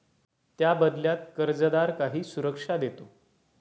त्या बदल्यात कर्जदार काही सुरक्षा देतो